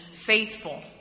faithful